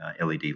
LED